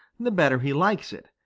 the better he likes it.